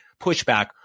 pushback